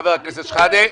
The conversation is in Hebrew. חבר הכנסת שחאדה.